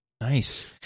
Nice